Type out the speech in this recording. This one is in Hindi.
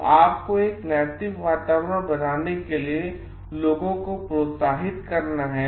तो आपको एक नैतिक वातावरण बनाने के लिए लोगों को प्रोत्साहित करना है